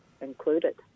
included